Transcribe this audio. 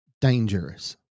dangerous